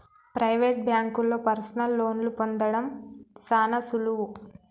private బాంకుల్లో personal లోన్లు పొందడం సాన సులువు